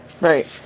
Right